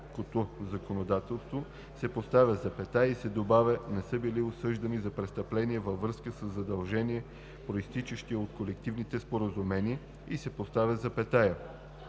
законодателство“ се поставя запетая и се добавя „не са били осъждани за престъпления във връзка със задължения, произтичащи от колективни споразумения“ и се поставя запетая.